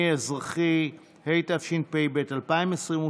אני שמח שהתעלינו היום כחברה.